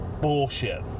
bullshit